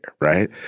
right